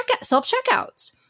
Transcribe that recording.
self-checkouts